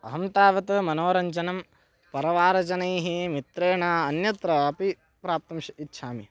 अहं तावत् मनोरञ्जनं परिवारजनैः मित्रेण अन्यत्र अपि प्राप्तुं श इच्छामि